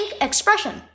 expression